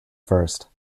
first